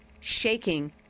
shaking